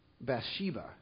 Bathsheba